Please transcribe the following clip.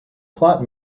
plot